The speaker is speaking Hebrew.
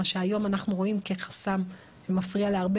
מה שהיום אנחנו רואים כחסם שמפריע להרבה